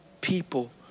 people